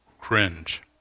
cringe